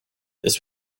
this